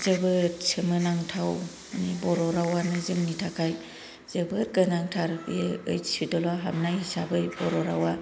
जोबोद सोमोनांथाव बर' रावानो जोंनि थाखाय जोबोद गोनांथार बियो आइट शेडिउलाव हाबनाय हिसाबै बर' रावा